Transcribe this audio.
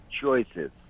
choices